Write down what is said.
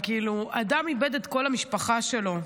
אדם איבד את כל המשפחה שלו,